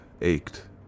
ached